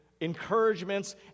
encouragements